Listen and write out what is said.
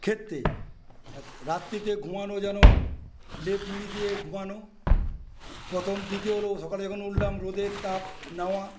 ক্ষেত্রে রাত্রিতে ঘুমানো জেনো লেপ মুড়ি দিয়ে ঘুমানো প্রথম দ্বিতীয় হলো সকালে যখন উঠলাম রোদের তাপ নেওয়া